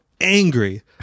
angry